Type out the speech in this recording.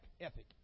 ethic